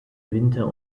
winter